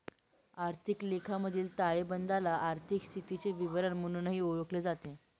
आर्थिक लेखामधील ताळेबंदाला आर्थिक स्थितीचे विवरण म्हणूनही ओळखले जाते